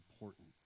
important